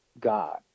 God